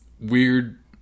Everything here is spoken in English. weird